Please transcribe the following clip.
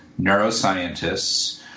neuroscientists